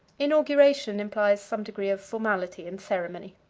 inauguration implies some degree of formality and ceremony.